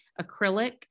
acrylic